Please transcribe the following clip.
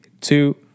two